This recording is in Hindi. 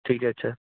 ठीक है अच्छा